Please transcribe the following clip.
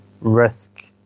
risk